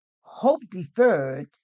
Hope-deferred